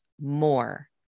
more